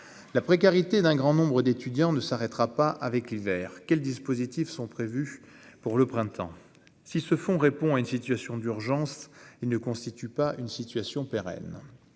donc, un grand nombre d'étudiants, ne s'arrêtera pas avec l'hiver. Des dispositifs sont-ils prévus en vue du printemps ? Si ce fonds répond à une situation d'urgence, il ne constitue pas une solution pérenne.